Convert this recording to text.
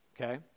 okay